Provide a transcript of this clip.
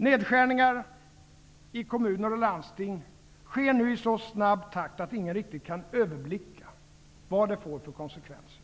Nedskärningar i kommuner och landsting sker nu i så snabb takt att ingen riktigt kan överblicka vad de får för konsekvenser.